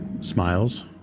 smiles